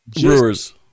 Brewers